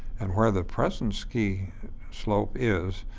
and where the present ski slope is,